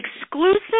exclusive